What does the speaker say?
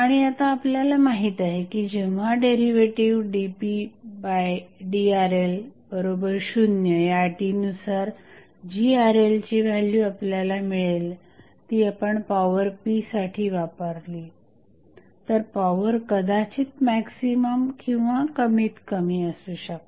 आणि आता आपल्याला माहित आहे की जेव्हा डेरिव्हेटिव्ह dpdRL0 या अटीनुसार जी RL ची व्हॅल्यू आपल्याला मिळेल ती आपण पॉवर p साठी वापरली तर पॉवर कदाचित मॅक्झिमम किंवा कमीत कमी असू शकते